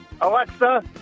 Alexa